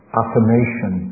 affirmation